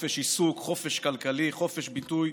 חופש עיסוק, חופש כלכלי, חופש ביטוי.